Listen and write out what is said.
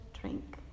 drink